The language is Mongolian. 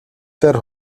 дээр